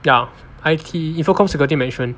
ya I_T inform security management